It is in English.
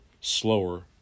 slower